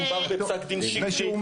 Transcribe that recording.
מדובר בפסק דין שיקרי.